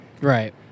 Right